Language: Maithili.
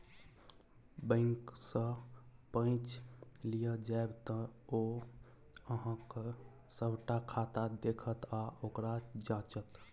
बैंकसँ पैच लिअ जाएब तँ ओ अहॅँक सभटा खाता देखत आ ओकरा जांचत